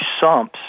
sumps